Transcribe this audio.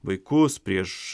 vaikus prieš